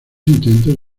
intentos